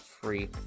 free